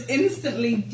instantly